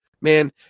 Man